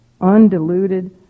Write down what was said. undiluted